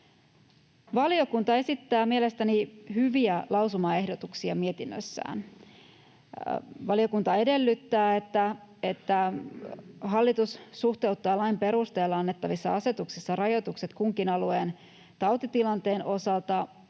Valiokunta esittää mietinnössään mielestäni hyviä lausumaehdotuksia. Valiokunta edellyttää, että hallitus suhteuttaa lain perusteella annettavissa asetuksissa rajoitukset kunkin alueen tautitilanteen osalta